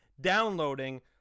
downloading